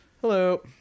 hello